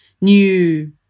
new